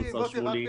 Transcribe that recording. השר שמולי,